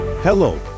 Hello